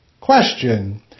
Question